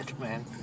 man